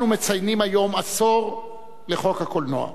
אנחנו מציינים היום עשור לחוק הקולנוע.